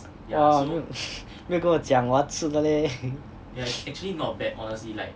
!wah! 没有 没有跟我讲我要吃的 leh